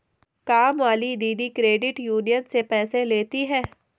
कामवाली दीदी credit union से पैसे लेती हैं